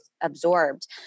absorbed